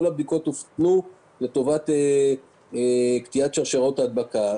כל הבדיקות הופנו לטובת קטיעת שרשראות ההדבקה.